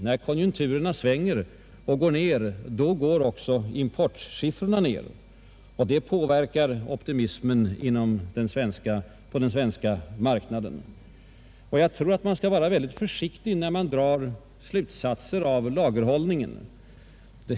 När konjunkturerna svänger och går ned går också importsiffrorna ned — och det påverkar optimismen på den svenska marknaden. Jag tror att man skall vara mycket försiktig när man drar slutsatser av lagerhållningen.